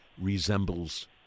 resembles